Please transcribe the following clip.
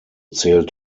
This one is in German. zählt